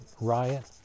riot